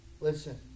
Listen